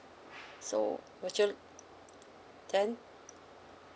so would you then